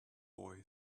boy